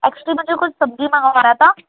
actually مجھے کچھ سبزی منگوانا تھا